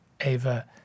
Ava